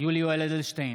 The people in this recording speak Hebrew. יולי יואל אדלשטיין,